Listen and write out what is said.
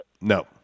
No